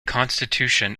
constitution